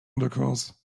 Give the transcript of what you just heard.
intercourse